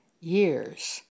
years